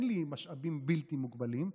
אין לי משאבים בלתי מוגבלים.